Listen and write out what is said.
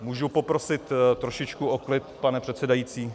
Můžu poprosit trošičku o klid, pane předsedající?